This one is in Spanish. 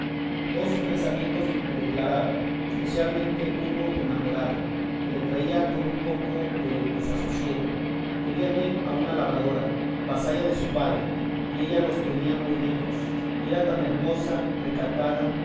todos sus pensamientos me declaraba especialmente uno enamorado que le traía con un poco de desasosiego quería bien a una labradora vasalla de su padre y ella los tenía muy ricos y era tan hermosa recatada